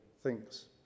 thinks